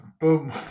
boom